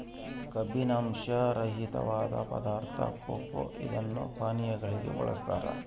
ಕಬ್ಬಿನಾಂಶ ರಹಿತವಾದ ಪದಾರ್ಥ ಕೊಕೊ ಇದನ್ನು ಪಾನೀಯಗಳಿಗೂ ಬಳಸ್ತಾರ